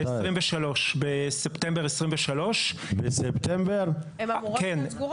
בספטמבר 2023. הן אמורות להיות סגורות.